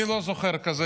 אני לא זוכר כזה.